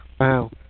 Wow